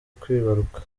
kwibaruka